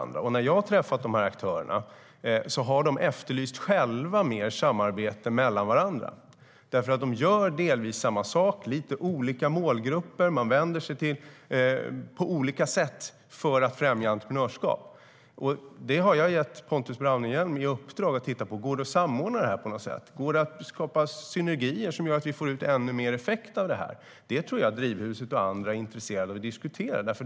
När jag har träffat aktörerna har de själva efterlyst mer samarbete med varandra. De gör delvis samma sak men vänder sig till lite olika målgrupper på lite olika sätt för att främja entreprenörskap. Jag har gett Pontus Braunerhjelm i uppdrag att titta på om det går att samordna detta på något sätt. Går det att skapa synergier som gör att vi får ut ännu mer effekt? Det tror jag att Drivhuset och andra är intresserade av att diskutera.